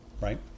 Right